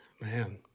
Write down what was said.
Man